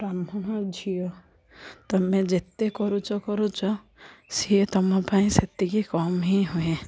ବ୍ରାହ୍ମଣ ଝିଅ ତୁମେ ଯେତେ କରୁଛ କରୁଛ ସିଏ ତୁମ ପାଇଁ ସେତିକି କମ୍ ହିଁ ହୁଏ